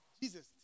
Jesus